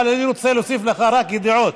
אבל אני רוצה להוסיף לך רק דעות.